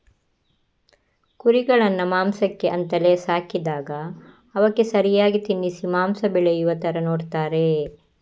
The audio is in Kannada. ಕುರಿಗಳನ್ನ ಮಾಂಸಕ್ಕೆ ಅಂತಲೇ ಸಾಕಿದಾಗ ಅವಕ್ಕೆ ಸರಿಯಾಗಿ ತಿನ್ನಿಸಿ ಮಾಂಸ ಬೆಳೆಯುವ ತರ ನೋಡ್ತಾರೆ